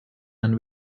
and